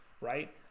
right